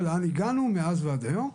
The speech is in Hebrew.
ולאן הגענו מאז ועד היום.